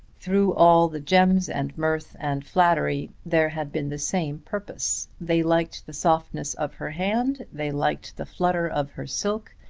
through all the gems and mirth and flattery there had been the same purpose. they liked the softness of her hand, they liked the flutter of her silk,